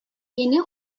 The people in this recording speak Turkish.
yeni